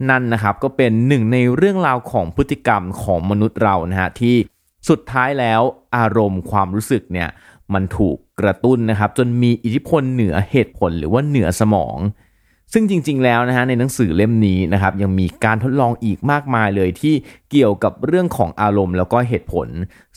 นั่นนะครับ ก็เป็นหนึ่งในเรื่องราวของพฤติกรรมของมนุษย์เรานะฮะ ที่สุดท้ายแล้วอารมณ์ความรู้สึกเนี่ยมันถูกกระตุ้นนะครับ จนมีอิทธิพลเหนือเหตุผลหรือว่าเหนือสมอง ซึ่งจริงๆแล้วนะฮะ ในหนังสือเล่มนี้นะครับยังมีการทดลองอีกมากมายเลยที่เกี่ยวกับเรื่องของอารมณ์แล้วก็เหตุผล